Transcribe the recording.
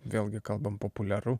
vėlgi kalbam populiaru